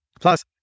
Plus